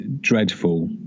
dreadful